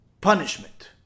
punishment